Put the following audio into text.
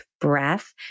breath